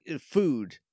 food